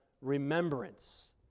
remembrance